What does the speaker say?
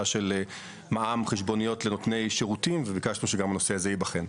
של מע"מ חשבוניות לנותני שירותים וביקשנו שגם נושא זה ייבחן.